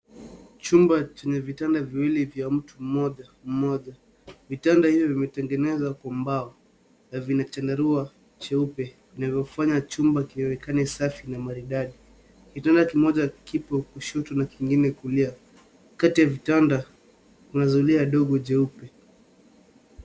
Chumba chenye vitanda viwili vya mtu mmoja. Vitanda hivyo vimetengenezwa kwa mbao na vina chandarua cheupe kinachofanya chumba kionekane safi na maridadi. Kitanda kimoja kipo kushoto na kingine kulia. Kati ya vitanda kuna zulia dogo jeupe.